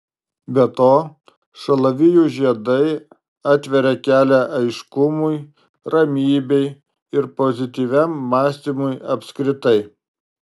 be to šalavijų žiedai atveria kelią aiškumui ramybei ir pozityviam mąstymui apskritai